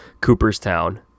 Cooperstown